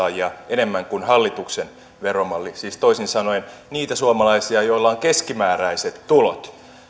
enemmän kuin hallituksen veromalli siis toisin sanoen niitä suomalaisia joilla on keskimääräiset tulot